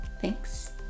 thanks